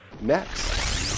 next